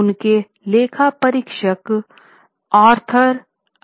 उनके लेखा परीक्षक आर्थर एंडरसन थे